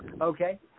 okay